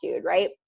right